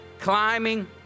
climbing